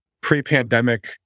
pre-pandemic